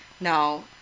now